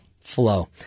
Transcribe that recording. flow